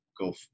go